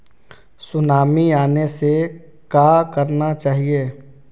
Tsunami आने से का करना चाहिए?